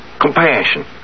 Compassion